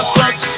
touch